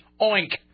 oink